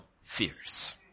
fears